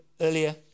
earlier